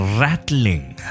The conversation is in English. rattling